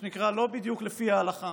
מה שנקרא, לא בדיוק לפי ההלכה,